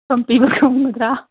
ꯁꯣꯝ ꯄꯤꯕ ꯉꯝꯒꯗ꯭ꯔꯥ